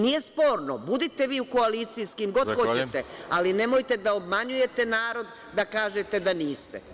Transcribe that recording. Nije sporno, budite vi u koaliciji s kim god hoćete, ali nemojte da obmanjujete narod da kažete da niste.